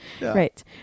Right